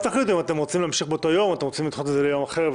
תחליטו אם אתם רוצים להמשיך באותו יום או לדחות ליום אחר.